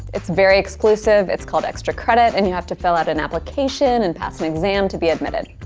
it's very exclusive, it's called extra credit, and you have to fill out an application and pass an exam to be admitted.